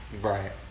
Right